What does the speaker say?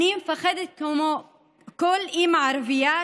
אני מפחדת כמו כל אימא ערבייה,